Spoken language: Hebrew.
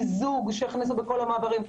מיזוג שהוכנס בכל המעברים,